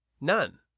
None